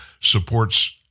supports